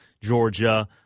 Georgia